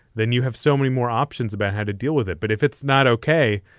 then you have so many more options about how to deal with it. but if it's not ok,